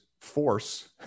force